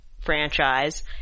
franchise